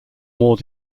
more